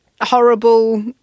horrible